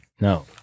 No